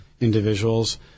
individuals